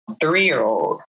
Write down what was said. three-year-old